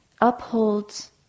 upholds